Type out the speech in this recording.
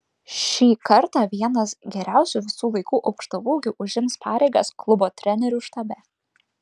šį kartą vienas geriausių visų laikų aukštaūgių užims pareigas klubo trenerių štabe